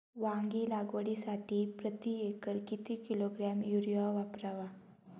वांगी लागवडीसाठी प्रती एकर किती किलोग्रॅम युरिया वापरावा?